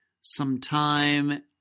sometime